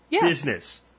business